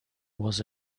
was